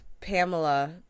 Pamela